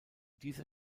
dieser